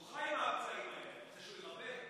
הוא חי מהפצעים האלה, אתה רוצה שהוא ירפא?